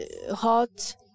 hot